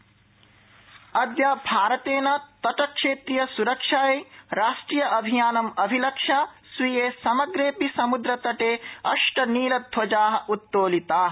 जावडेकर अद्य भारतेन तटक्षेत्रीयसुरक्षायै राष्ट्रियाभियानम् अभिलक्ष्य स्वीये समग्रेऽपि समुद्रतटे अष्ट नीलध्वजा उत्तोलिता